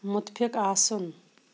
مُتفِق آسُن